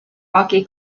rocky